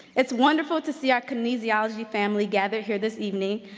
it's wonderful to see our kinesiology family gathered here this evening,